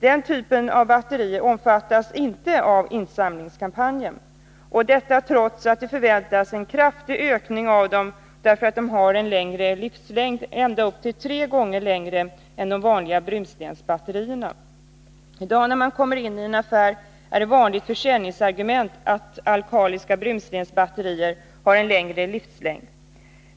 Denna typ av batteri omfattas inte av insamlingskampanjen, trots att det förväntas en kraftig ökning av försäljningen av dem på grund av att de har längre livslängd — ända upp till tre gånger längre än vanliga brunstensbatterier. När man i dag kommer in i en affär är det ett vanligt försäljningsargument att alkaliska brunstensbatterier har längre livslängd.